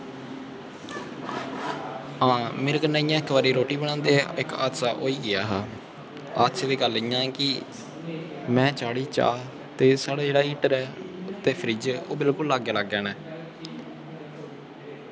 आं मेरे कन्नै इक्क बारी इ'या रोटी बनांदे इक्क हादसा होई गेआ हा हादसे दी गल्ल इ'या कि में चाढ़ी चाह् ते साढ़ा जेह्ड़ा हीटर ऐ ते फ्रिज ऐ ते ओह् बिलकुल लागै लागै न